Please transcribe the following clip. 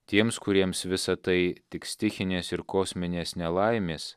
tiems kuriems visa tai tik stichinės ir kosminės nelaimės